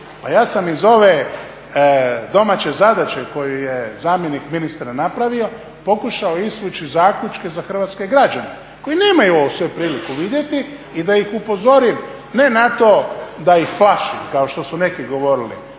Pa ja sam iz ove domaće zadaće koju je zamjenik ministra napravio pokušao izvući zaključke za hrvatske građane koji nemaju ovo sve priliku vidjeti i da ih upozorim ne na to da ih plašim kao što su neki govorili,